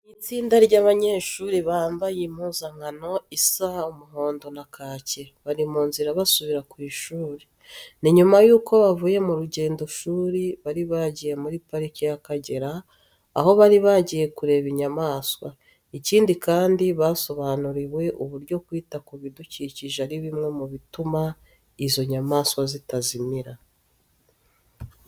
Ni itsinda ry'abanyeshuri bambaye impuzankano isa umuhondo na kake, bari mu nzira basubira ku ishuri. Ni nyuma yuko bavuye mu rugendoshuri bari bagiriye muri parike y'Akagera, aho bari bagiye kureba inyamaswa. Ikindi kandi, basobanuriwe uburyo kwita ku bidukikije ari bimwe mu bituma izo nyamaswa zitazimira.